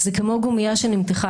זה כמו גומייה שנמתחה,